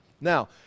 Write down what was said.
Now